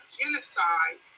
genocide